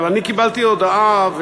אבל אני קיבלתי הודעה,